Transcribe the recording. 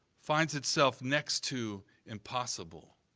finds itself next to impossible.